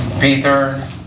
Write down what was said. Peter